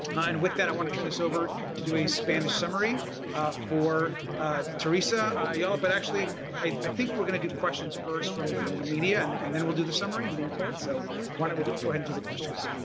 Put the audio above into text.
and with that i want to turn this over to do a spanish summary for teresa ayala but actually i think we're going to do questions first from from the media and and then we'll do the summary, i'm being told so why don't we go ahead and do the questions.